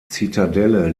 zitadelle